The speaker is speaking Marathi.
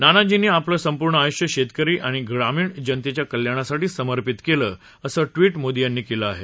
नानाजींनी आपलं संपूर्ण आयुष्य शेतकरी आणि ग्रामीण जनतेच्या कल्याणासाठी समर्पित केलं असं ट्विट मोदी यांनी केलं आहे